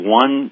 one